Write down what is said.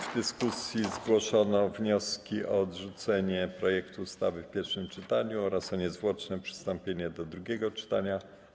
W dyskusji zgłoszono wnioski o odrzucenie projektu ustawy w pierwszym czytaniu oraz o niezwłoczne przystąpienie do drugiego czytania.